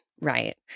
right